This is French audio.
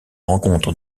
rencontre